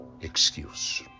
excuse